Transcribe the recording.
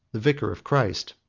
the vicar of christ,